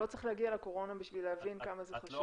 לא צריך להגיע לקורונה כדי להבין כמה זה חשוב.